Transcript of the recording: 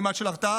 ממד של הרתעה,